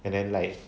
and then like